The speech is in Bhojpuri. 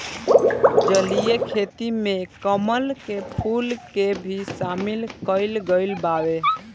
जलीय खेती में कमल के फूल के भी शामिल कईल गइल बावे